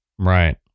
Right